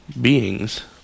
beings